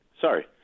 Sorry